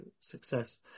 success